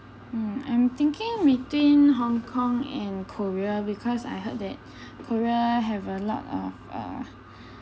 um I'm thinking between Hong-Kong and korea because I heard that korea have a lot of uh